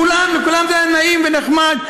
לכולם זה היה נעים ונחמד.